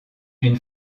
une